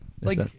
Like-